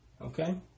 Okay